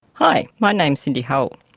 hi, my name is cindy hull.